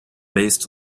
based